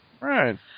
Right